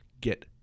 get